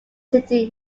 city